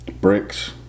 Bricks